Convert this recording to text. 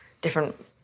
different